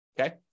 okay